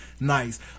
nice